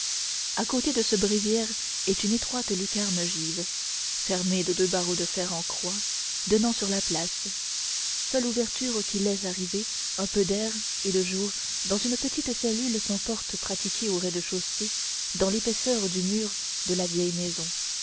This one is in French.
à côté de ce bréviaire est une étroite lucarne ogive fermée de deux barreaux de fer en croix donnant sur la place seule ouverture qui laisse arriver un peu d'air et de jour à une petite cellule sans porte pratiquée au rez-de-chaussée dans l'épaisseur du mur de la vieille maison